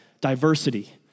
diversity